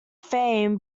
fame